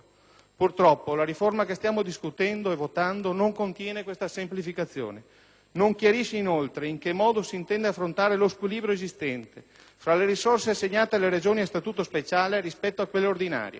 Purtroppo, la riforma che stiamo discutendo e votando non contiene questa semplificazione. Non chiarisce, inoltre, in che modo si intende affrontare lo squilibrio esistente fra le risorse assegnate alle Regioni a Statuto speciale rispetto a quelle ordinarie.